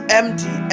empty